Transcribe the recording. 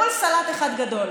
הכול סלט אחד גדול.